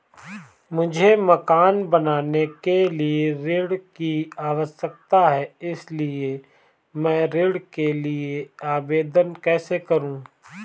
मुझे मकान बनाने के लिए ऋण की आवश्यकता है इसलिए मैं ऋण के लिए आवेदन कैसे करूं?